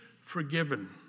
forgiven